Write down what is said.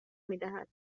میدهد